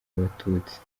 abatutsi